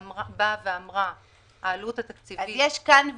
האם היא באה ואמרה שהעלות התקציבית --- יש כאן ויכוח.